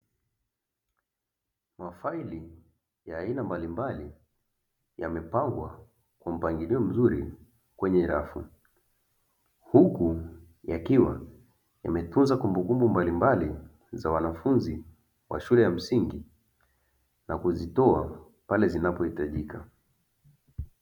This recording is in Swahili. Mafaili ya aina mbalimbali yamepangwa kwa mpangilio mzuri kwenye rafu, huku yakiwa yametunza kumbukumbu mbalimbali za wanafunzi wa shule ya msingi na kuzitoa pale zinapohitajika.